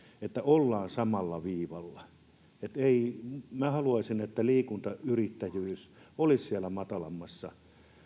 että ollaan samalla viivalla minä haluaisin että liikuntayrittäjyys olisi siellä matalammassa